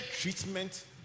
treatment